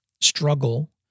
struggle